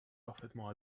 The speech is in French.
parfaitement